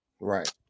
Right